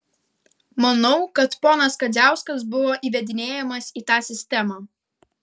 manau kad ponas kadziauskas buvo įvedinėjamas į tą sistemą